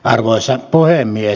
arvoisa puhemies